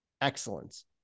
excellence